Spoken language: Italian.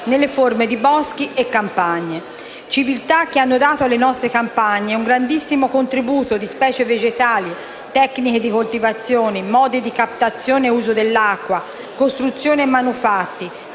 nelle forme di boschi e campagne. Le civiltà hanno dato alle nostre campagne un grandissimo contributo in termini di specie vegetali, tecniche di coltivazione, modi di captazione e uso dell'acqua, costruzioni e manufatti,